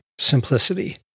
simplicity